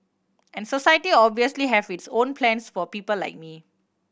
and society obviously have its own plans for people like me